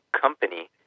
company